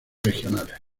regionales